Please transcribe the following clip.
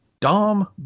Dom